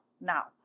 now